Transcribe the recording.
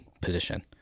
position